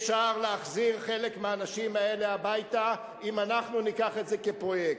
אפשר להחזיר חלק מהאנשים האלה הביתה אם אנחנו ניקח את זה כפרויקט.